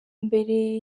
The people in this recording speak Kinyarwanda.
mbere